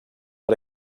but